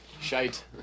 Shite